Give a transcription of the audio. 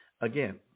again